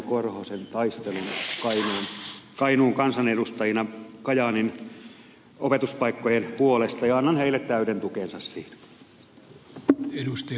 korhosen taistelun kainuun kansanedustajina kajaanin opetuspaikkojen puolesta ja annan heille täyden tukeni siinä